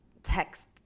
text